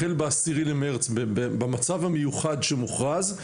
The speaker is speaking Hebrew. החל מה-10 במרץ במצב המיוחד שמוכרז,